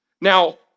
Now